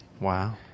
Wow